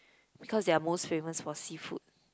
because they're most famous for seafood